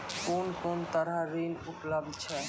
कून कून तरहक ऋण उपलब्ध छै?